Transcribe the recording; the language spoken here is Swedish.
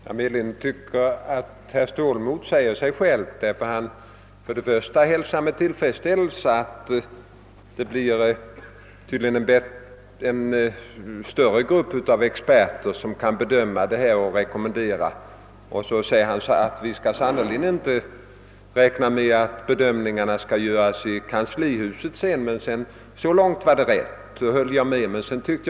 Herr talman! Jag tyckte att herr Ståhl motsade sig själv. Han hälsade med tillfredsställelse att den expertgrupp som skall bedöma dessa frågor och utfärda rekommendationer blir större, och sedan sade han att man inte i kanslihuset skall göra några egna bedömningar i detta sammanhang. Så långt var det rätt, och så långt håller jag med herr Ståbl.